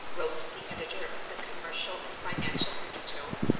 wrote the editor of the commercial and financial undertone,